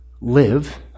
live